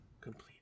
complete